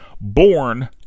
born